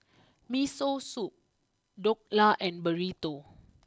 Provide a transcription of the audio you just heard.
Miso Soup Dhokla and Burrito